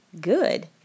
Good